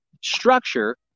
structure